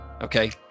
okay